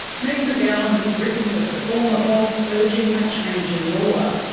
meg mcgowan has written to her former boss urging a change in law.